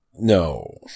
No